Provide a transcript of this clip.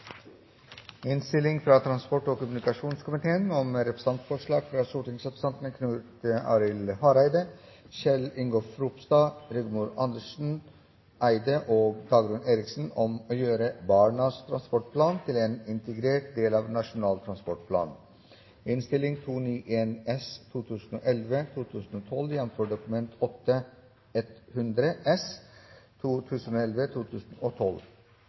innstilling. Venstre har varslet at de støtter innstillingen. Under debatten har Susanne Bratli satt fram et forslag på vegne av Arbeiderpartiet, Sosialistisk Venstreparti og Senterpartiet. Forslaget lyder: «Dokument 8:100 S – representantforslag fra stortingsrepresentantene Knut Arild Hareide, Kjell Ingolf Ropstad, Rigmor Andersen Eide og Dagrun Eriksen om å gjøre «Barnas transportplan» til en integrert del av Nasjonal